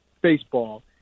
Baseball